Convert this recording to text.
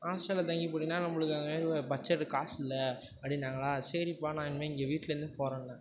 ஹாஸ்ட்டலில் தங்கி படின்னா நம்பளுக்கு அங்கே பட்ஜெட் காசில்லை அப்படினாங்களா சரிப்பா நான் இனிமேல் இங்கே வீட்லேருந்து போறேன்னேன்